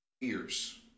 ears